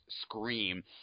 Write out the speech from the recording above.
scream